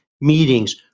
meetings